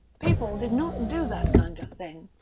people did not do that kind of thing.